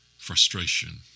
Frustration